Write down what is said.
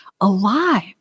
alive